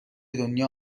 دنیا